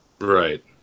right